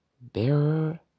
bearer